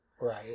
Right